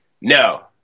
No